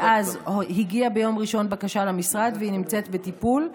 ואז הגיעה ביום ראשון בקשה למשרד והיא נמצאת בטיפול.